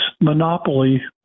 monopoly